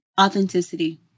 Authenticity